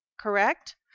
correct